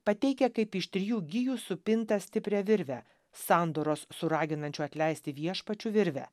pateikia kaip iš trijų gijų supintą stiprią virvę sandoros su raginančiu atleisti viešpačiui virvę